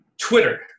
Twitter